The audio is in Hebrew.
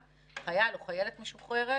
חייל או חיילת משוחררת